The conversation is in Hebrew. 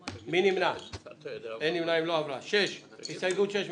לא נתקבלה ותעלה למליאה כהסתייגות לקריאה שנייה ולקריאה שלישית.